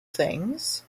things